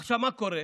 עכשיו, מה קורה?